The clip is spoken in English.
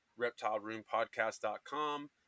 ReptileRoomPodcast.com